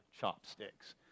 chopsticks